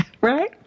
right